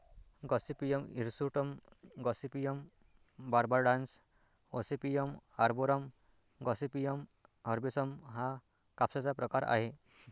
Gossypium hirsutum, Gossypium barbadense, Gossypium arboreum, Gossypium herbaceum हा कापसाचा प्रकार आहे